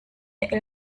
hasta